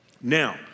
Now